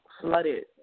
flooded